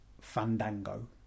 Fandango